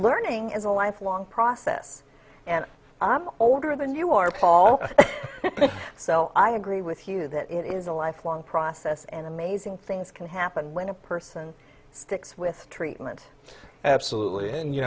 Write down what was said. learning is a lifelong process and i'm older than you are paul so i agree with you that it is a lifelong process and amazing things can happen when a person sticks with treatment absolutely and you